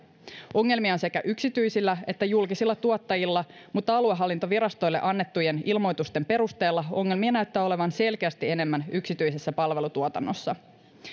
ongelmia on sekä yksityisillä että julkisilla tuottajilla mutta aluehallintovirastoille annettujen ilmoitusten perusteella ongelmia näyttää olevan selkeästi enemmän yksityisessä palvelutuotannossa